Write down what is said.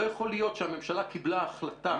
לא יכול להיות שהממשלה קיבלה החלטה להתחיל